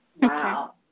Wow